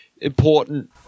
important